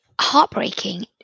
Heartbreaking